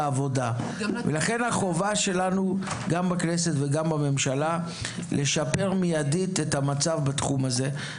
לכן החובה שלנו - גם בכנסת וגם בממשלה - לשפר מיידית את המצב בתחום הזה.